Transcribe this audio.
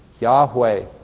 Yahweh